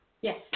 Yes